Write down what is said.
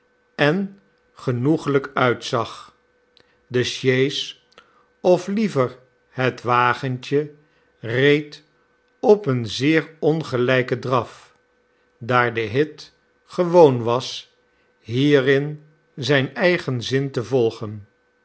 en genoeglijk uitzag de sjees of liever het wagentje reed op een zeer ongelijken draf daar de hit gewoon was hierin zijn eigen zin te volgen